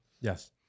Yes